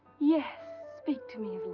yes, speak to me